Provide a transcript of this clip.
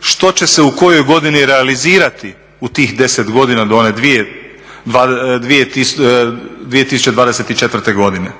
što će se u kojoj godini realizirati u tih 10 godina do one 2024. godine.